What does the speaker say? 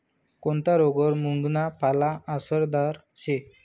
कोनता रोगवर मुंगना पाला आसरदार शे